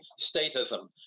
statism